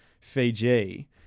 Fiji